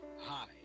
Hi